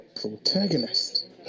protagonist